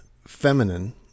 feminine